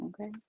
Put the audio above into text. okay